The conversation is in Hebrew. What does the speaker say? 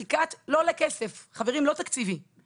וגם לא ייתן משאבים לנושא הזה.